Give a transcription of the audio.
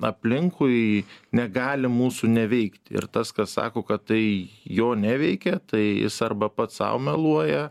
aplinkui negali mūsų neveikti ir tas kas sako kad tai jo neveikia tai jis arba pats sau meluoja